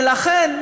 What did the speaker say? ולכן,